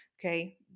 Okay